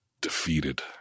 defeated